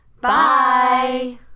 Bye